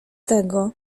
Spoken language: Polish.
tego